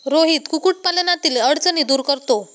रोहित कुक्कुटपालनातील अडचणी दूर करतो